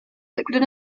liquid